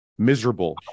miserable